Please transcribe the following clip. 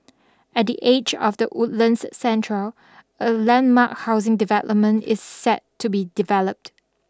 at the edge of the Woodlands Central a landmark housing development is set to be developed